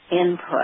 Input